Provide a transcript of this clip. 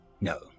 No